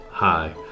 Hi